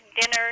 dinner